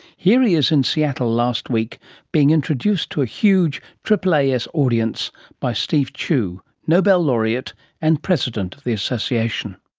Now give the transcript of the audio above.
here he is in seattle last week being introduced to a huge aaas audience by steve chu, nobel laureate and president of the association.